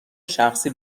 شخصی